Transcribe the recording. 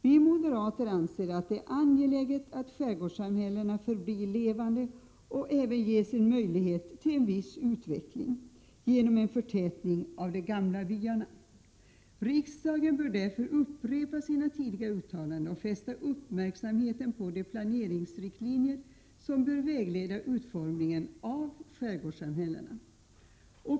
Vi moderater anser att det är angeläget att skärgårdssamhällena förblir levande och att de även ges möjligheter till en viss utveckling genom en förtätning av de gamla byarna. Riksdagen bör därför upprepa sina tidigare uttalanden och fästa uppmärksamheten på de planeringsriktlinjer som bör vägleda utformningen av skärgårdssamhällena.